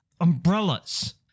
Umbrellas